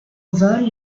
vol